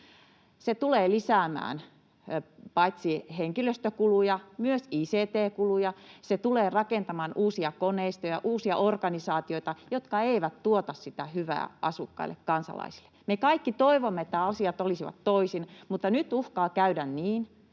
Se tulee lisäämään paitsi henkilöstökuluja myös ict-kuluja. Se tulee rakentamaan uusia koneistoja, uusia organisaatioita, jotka eivät tuota sitä hyvää asukkaille, kansalaisille. Me kaikki toivomme, että asiat olisivat toisin, mutta nyt uhkaa käydä niin,